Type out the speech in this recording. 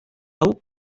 hau